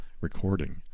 recording